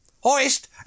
Hoist